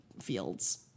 fields